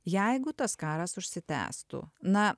jeigu tas karas užsitęstų na